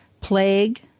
Plague